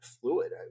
fluid